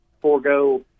forego